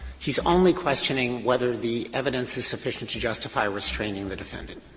he's only questioning whether the evidence is sufficient to justify restraining the defendant.